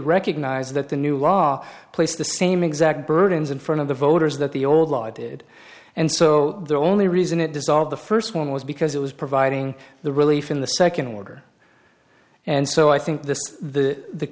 recognized that the new law placed the same exact burdens in front of the voters that the old law did and so the only reason it dissolved the first one was because it was providing the relief in the second order and so i think the